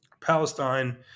palestine